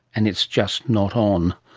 and it's just not on.